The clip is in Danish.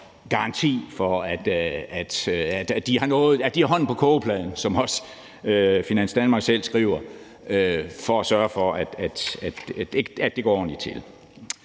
garanti for, at de har hånden på kogepladen, som også Finans Danmark selv skriver, og for at sørge for, at det går ordentligt til.